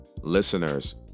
listeners